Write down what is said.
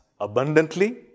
abundantly